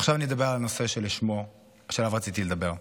עכשיו אני אדבר על הנושא שעליו רציתי לדבר.